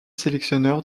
sélectionneur